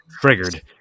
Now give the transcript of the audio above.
triggered